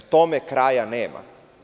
Tome kraja nema.